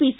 PC